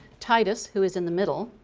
titus, who is in the middle,